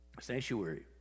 sanctuary